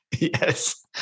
Yes